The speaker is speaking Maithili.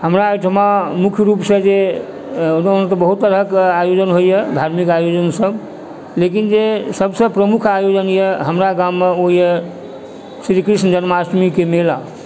हमरा ओहिठाम मुख्य रुपसँ जे ओना तऽ बहुत तरहकेँ आयोजन होइए धार्मिक आयोजन सब लेकिन जे सबसँ प्रमुख आयोजन यऽ हमरा गाममे ओ यऽ श्री कृष्ण जन्माष्टमीके मेला